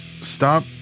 stop